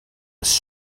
was